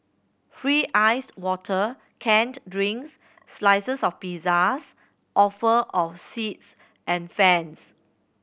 free iced water canned drinks slices of pizzas offer of seats and fans